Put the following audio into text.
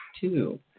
Two